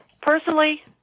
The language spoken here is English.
personally